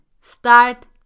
Start